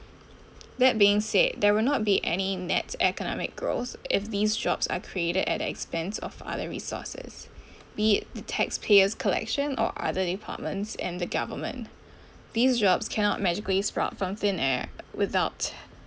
that being said there will not be any next economic growth if these jobs are created at the expense of other resources be it the taxpayers collection or other departments and the government these jobs cannot magically sprout from thin air without